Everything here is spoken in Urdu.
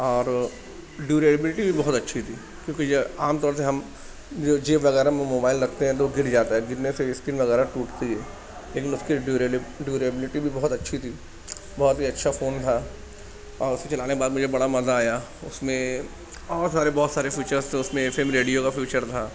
اور ڈیوریبلٹی بھی بہت اچھی تھی کیونکہ یہ عام طور سے ہم جیب وغیرہ میں موبائل رکھتے ہیں تو گر جاتا ہے گرنے اسکرین وغیرہ ٹوٹتی ہے لیکن اس کی ڈیوریبلٹی بھی بہت اچھی تھی بہت ہی اچھا فون تھا اور اس کو چلانے کے بعد مجھے بڑا مزہ آیا اس میں بہت سارے بہت سارے فیچر تھے اس میں ایف ایم ریڈیو کا فیچر تھا